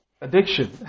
addiction